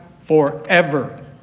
forever